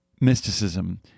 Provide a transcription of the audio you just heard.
mysticism